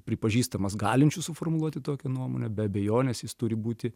pripažįstamas galinčiu suformuluoti tokią nuomonę be abejonės jis turi būti